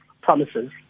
promises